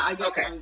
Okay